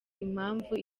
impamvu